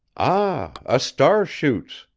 ah, a star shoots!